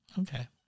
Okay